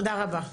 תודה רבה.